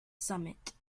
summit